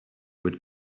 would